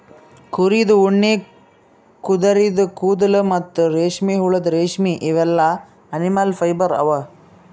ಕುರಿದ್ ಉಣ್ಣಿ ಕುದರಿದು ಕೂದಲ ಮತ್ತ್ ರೇಷ್ಮೆಹುಳದ್ ರೇಶ್ಮಿ ಇವೆಲ್ಲಾ ಅನಿಮಲ್ ಫೈಬರ್ ಅವಾ